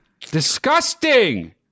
disgusting